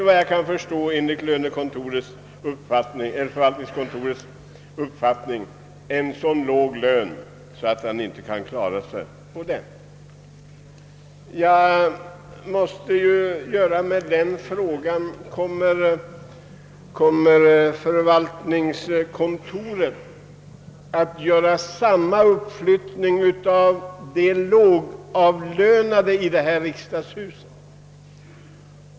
Såvitt jag kan förstå har den personen enligt förvaltningskontorets uppfattning en så låg lön, att han inte kan klara sig. Jag måste ställa mig frå gan, om förvaltningskontoret kommer att föreslå samma löneuppflyttning för de lågavlönade i detta hus.